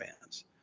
fans